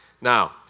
Now